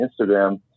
Instagram